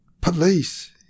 Police